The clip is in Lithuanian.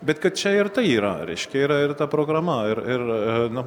bet kad čia ir tai yra reiškia yra ir ta programa ir ir nu